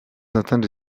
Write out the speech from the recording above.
atteindre